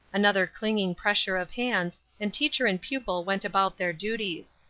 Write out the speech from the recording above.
another clinging pressure of hands and teacher and pupil went about their duties.